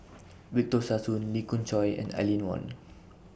Victor Sassoon Lee Khoon Choy and Aline Wong